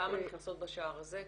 כמה נכנסות בשער הזה,